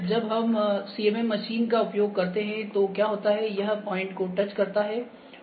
जब हम CMM machine का उपयोग करते हैं तो क्या होता है यह पॉइंट को टच करता है और स्कैन करने की कोशिश करता है